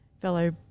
fellow